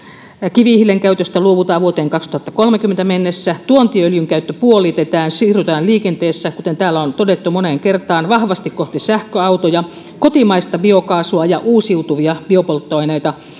kivihiilen käytöstä luovutaan vuoteen kaksituhattakolmekymmentä mennessä tuontiöljyn käyttö puolitetaan ja siirrytään liikenteessä kuten täällä on todettu moneen kertaan vahvasti kohti sähköautoja kotimaista biokaasua ja uusiutuvia biopolttoaineita